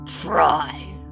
try